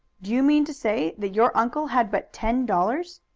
do you mean to say that your uncle had but ten dollars?